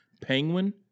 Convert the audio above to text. Penguin